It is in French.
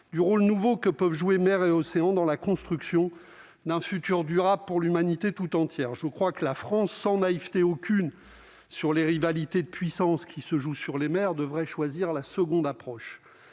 du rôle nouveau que peuvent jouer mers et océans dans la construction d'un futur durable pour l'humanité toute entière, je crois que la France sans naïveté aucune sur les rivalités de puissance qui se joue sur les maires devraient choisir la seconde approche,